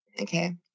Okay